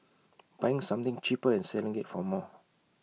buying something cheaper and selling IT for more